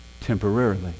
temporarily